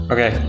Okay